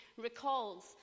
recalls